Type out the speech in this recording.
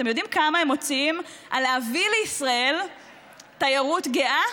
אתם יודעים כמה הם מוציאים על להביא לישראל תיירות גאה?